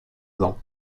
gand